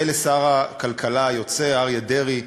ולשר הכלכלה היוצא אריה דרעי,